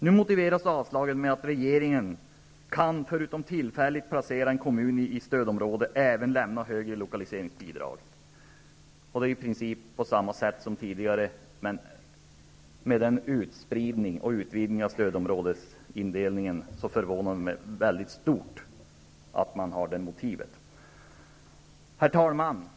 Nu är motiveringen att regeringen förutom att tillfälligt placera en kommun i stödområde även kan lämna högre lokaliseringsbidrag. Det är i princip samma sätt som tidigare, men med en utspridning och utvidgning av stödområdesindelningen som gör mig mycket förvånad över motiveringen.